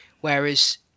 whereas